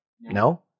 no